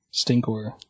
Stinkor